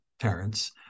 parents